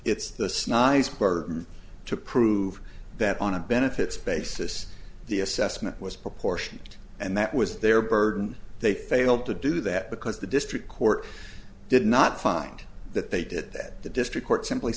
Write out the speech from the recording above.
it's the sniper's burden to prove that on a benefits basis the assessment was proportionate and that was their burden they failed to do that because the district court did not find that they did that the district court simply